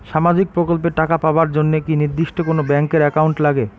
সামাজিক প্রকল্পের টাকা পাবার জন্যে কি নির্দিষ্ট কোনো ব্যাংক এর একাউন্ট লাগে?